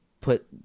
put